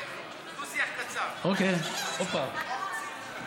דו-שיח קצר, חברים, נא להירגע, הכול בסדר,